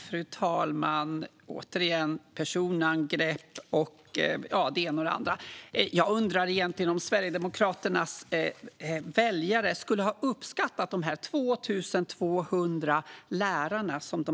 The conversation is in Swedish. Fru talman! Återigen hör vi personangrepp och några andra saker. Jag undrar om Sverigedemokraternas väljare skulle ha uppskattat de här 2 200 lärarna som